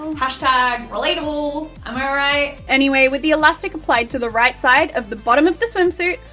hashtag-relatable. am i right? anyway with the elastic applied to the right-side of the bottom of the swimsuit,